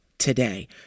Today